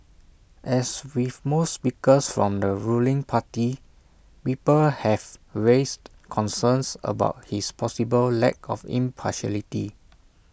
as with most speakers from the ruling party people have raised concerns about his possible lack of impartiality